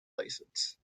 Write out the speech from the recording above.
license